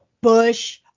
Bush